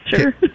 Sure